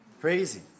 Crazy